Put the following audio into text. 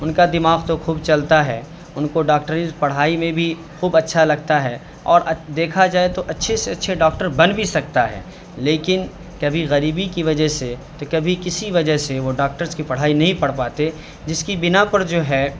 ان کا دماغ تو خوب چلتا ہے ان کو ڈاکٹری پڑھائی میں بھی خوب اچھا لگتا ہے اور دیکھا جائے تو اچھے سے اچھے ڈاکٹر بن بھی سکتا ہے لیکن کبھی غریبی کی وجہ سے تو کبھی کسی وجہ سے وہ ڈاکٹرس کی پڑھائی نہیں پڑھ پاتے جس کی بنا پر جو ہے